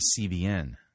CBN